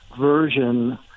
version